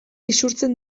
isurtzen